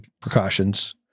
precautions